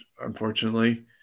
unfortunately